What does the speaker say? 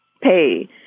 pay